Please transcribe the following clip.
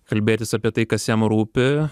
kalbėtis apie tai kas jam rūpi